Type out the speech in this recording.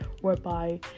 whereby